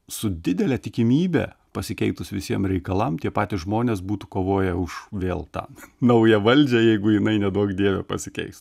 su didele tikimybe pasikeitus visiem reikalam tie patys žmonės būtų kovoję už vėl tą naują valdžią jeigu jinai neduok dieve pasikeis